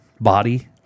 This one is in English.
body